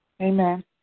Amen